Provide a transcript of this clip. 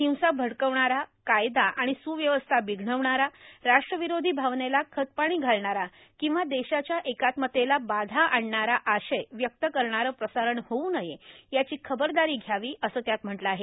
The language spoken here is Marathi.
हिंसा भडकावणारा कायदा आणि सुव्यवस्था बिघडवणारा राष्ट्रविरोधी भावनेला खतपणी घालणारा किंवा देशाच्या एकात्मतेला बाधा आणणारा आशय व्यक्त करणारं प्रसारण होऊ नये याची खबरदारी घ्यावी असं त्यात म्हटलं आहे